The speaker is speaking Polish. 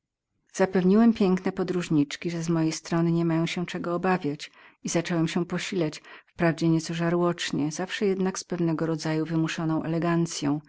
zapewniłem piękne podróżniczki że z mojej strony nie mają się czego obawiać i zacząłem się posilać wprawdzie nieco żarłocznie zawsze jednak z pewnym